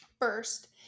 first